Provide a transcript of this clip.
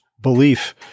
belief